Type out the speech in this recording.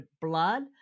blood